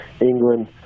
England